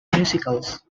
musicals